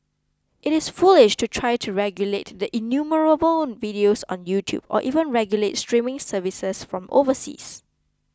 it is foolish to try to regulate the innumerable videos on YouTube or even regulate streaming services from overseas